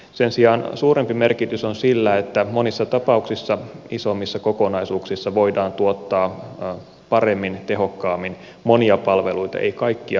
sen sijaan suurempi merkitys on sillä että monissa tapauksissa isommissa kokonaisuuksissa voidaan tuottaa paremmin ja tehokkaammin monia palveluita ei kaikkia mutta monia